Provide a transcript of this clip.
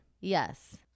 Yes